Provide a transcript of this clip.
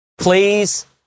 Please